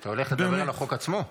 אתה הולך לדבר על החוק עצמו?